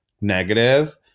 negative